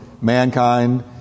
mankind